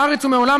מהארץ ומהעולם,